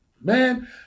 man